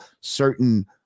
certain